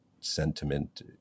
sentiment